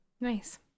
nice